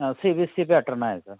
हा C B C pattern आहे